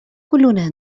كلنا